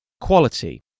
quality